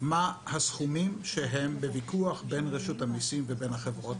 מה הסכומים שהם בוויכוח בין רשות המיסים לבין החברות?